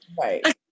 Right